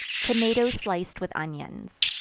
tomatoes sliced with onions.